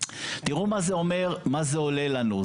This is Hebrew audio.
תראו מה זה אומר, מה זה עולה לנו?